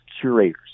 curators